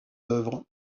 œuvres